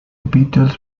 beatles